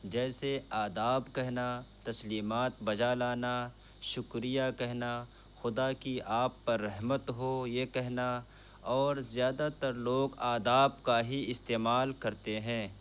جیسے آداب کہنا تسلیمات بجا لانا شکریہ کہنا خدا کی آپ پر رحمت ہو یہ کہنا اور زیادہ تر لوگ آداب کا ہی استعمال کرتے ہیں